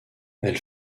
elle